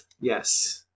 Yes